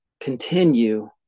continue